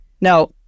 Now